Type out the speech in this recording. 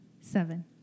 seven